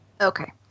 Okay